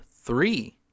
three